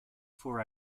for